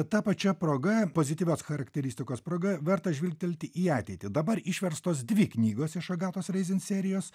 ta pačia proga pozityvios charakteristikos proga verta žvilgtelti į ateitį dabar išverstos dvi knygos iš agatos reizen serijos